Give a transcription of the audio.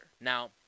Now